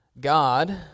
God